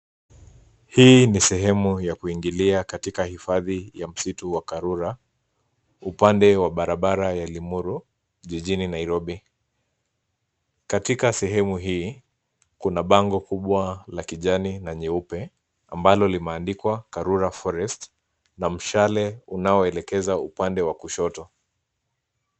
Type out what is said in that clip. Hii ni sehemu ya kuingilia katika hifadhi ya msitu wa Karura upande wa barabara ya Limuru jijini Nairobi. Katika sehemu hii kuna bango kubwa la kijani na nyeupe ambalo limeandikwa Karura forest na mshale unaoelekeza upande wa kushoto.